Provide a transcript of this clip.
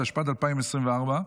התשפ"ד 2024,